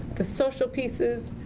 the social pieces,